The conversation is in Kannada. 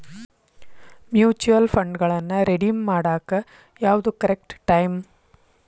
ಮ್ಯೂಚುಯಲ್ ಫಂಡ್ಗಳನ್ನ ರೆಡೇಮ್ ಮಾಡಾಕ ಯಾವ್ದು ಕರೆಕ್ಟ್ ಟೈಮ್